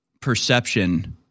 perception